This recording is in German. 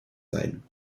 sein